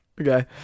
Okay